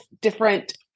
different